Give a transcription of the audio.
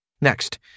Next